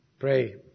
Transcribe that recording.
pray